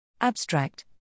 Abstract